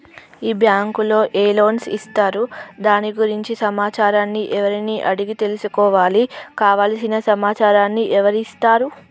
ఈ బ్యాంకులో ఏ లోన్స్ ఇస్తారు దాని గురించి సమాచారాన్ని ఎవరిని అడిగి తెలుసుకోవాలి? కావలసిన సమాచారాన్ని ఎవరిస్తారు?